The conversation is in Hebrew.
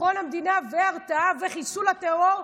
ביטחון המדינה והרתעה וחיסול הטרור,